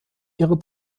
ihre